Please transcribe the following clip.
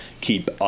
keep